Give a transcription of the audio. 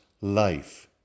life